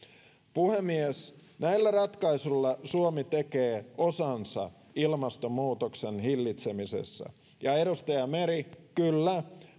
puhemies näillä ratkaisuilla suomi tekee osansa ilmastonmuutoksen hillitsemisessä ja edustaja meri kyllä